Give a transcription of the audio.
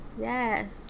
Yes